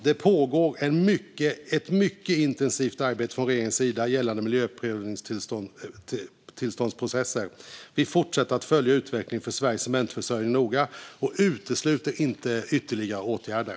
Det pågår ett mycket intensivt arbete från regeringens sida gällande miljötillståndsprocesser. Vi fortsätter att följa utvecklingen för Sveriges cementförsörjning noga och utesluter inte ytterligare åtgärder.